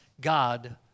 God